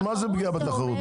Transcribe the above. אז מה זו פגיעה בתחרות?